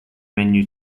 menu